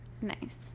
Nice